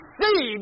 see